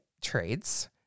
trades